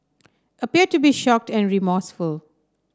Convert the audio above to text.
appeared to be shocked and remorseful